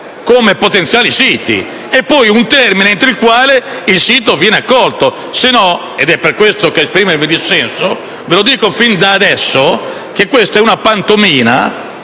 come potenziali siti, e poi un termine entro il quale il sito viene accolto, altrimenti - ed è per questo che esprimo il mio dissenso - vi dico fin d'ora che questa è una pantomima,